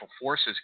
forces